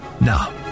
Now